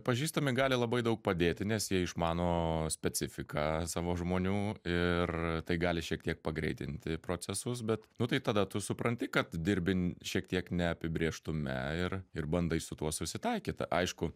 pažįstami gali labai daug padėti nes jie išmano specifiką savo žmonių ir tai gali šiek tiek pagreitinti procesus bet nu tai tada tu supranti kad dirbi šiek tiek neapibrėžtume ir ir bandai su tuo susitaikyt aišku